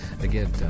Again